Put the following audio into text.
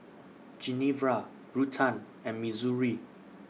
Genevra Ruthann and Missouri